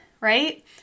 Right